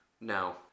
No